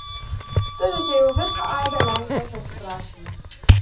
turite jau visą aibę lenkijos atsiprašymų